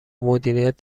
مدیریت